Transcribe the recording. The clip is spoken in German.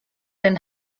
den